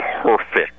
perfect